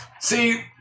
see